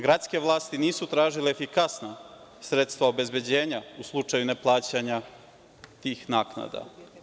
Gradske vlasti nisu tražile efikasna sredstva obezbeđenja u slučaju neplaćanja tih naknada.